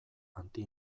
anti